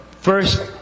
first